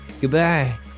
Goodbye